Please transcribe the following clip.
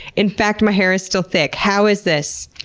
in fact, my hair is still thick. how is this?